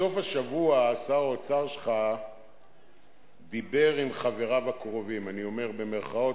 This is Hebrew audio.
בסוף השבוע שר האוצר שלך דיבר עם חבריו הקרובים אני אומר במירכאות,